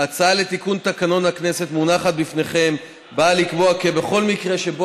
ההצעה לתיקון תקנון הכנסת המונחת בפניכם באה לקבוע כי בכל מקרה שבו